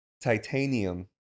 Titanium